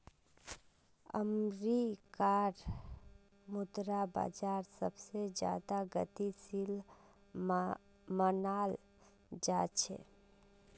अमरीकार मुद्रा बाजार सबसे ज्यादा गतिशील मनाल जा छे